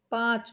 पाँच